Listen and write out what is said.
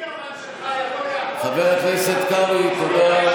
ליברמן שלך, חבר הכנסת קרעי, תודה.